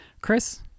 Chris